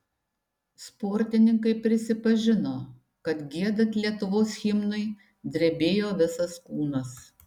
sportininkai prisipažino kad giedant lietuvos himnui drebėjo visas kūnas